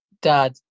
Dad